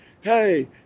hey